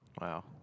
Wow